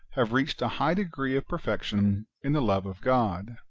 have reached a high degree of perfection in the love of god.